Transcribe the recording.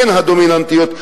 הן הדומיננטיות,